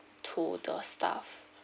to the staff